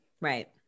Right